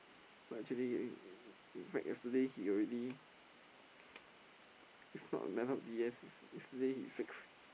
but actually in fact yesterday he already yesterday he six